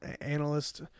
analyst